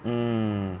mm